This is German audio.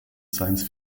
science